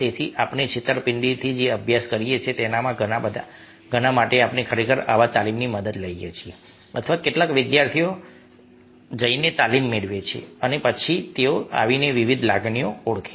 તેથી આપણે છેતરપિંડીથી જે અભ્યાસ કરીએ છીએ તેમાંના ઘણા માટે આપણે ખરેખર આવા તાલીમની મદદ લઈએ છીએ અથવા કેટલાક વિદ્યાર્થીઓ જઈને તાલીમ મેળવે છે અને પછી તેઓ આવીને વિવિધ લાગણીઓને ઓળખે છે